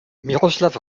miroslav